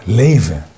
leven